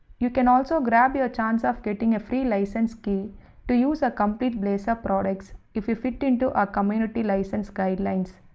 you can also grab your chance of getting a free license key to use a complete blazor products if you fit into a community license guidelines,